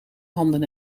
handen